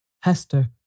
Hester